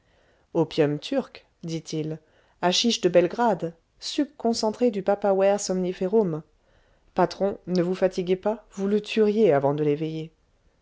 opium turc dit-il haschisch de belgrade suc concentré du papaver somniferum patron ne vous fatiguez pas vous le tueriez avant de l'éveiller